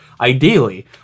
ideally